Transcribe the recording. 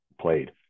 played